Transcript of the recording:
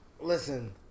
Listen